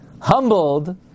humbled